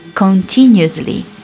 Continuously